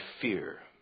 fear